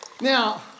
Now